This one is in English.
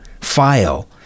file